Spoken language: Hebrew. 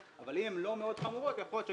אבל אם הן לא חמורות מאוד יכול להיות שכן.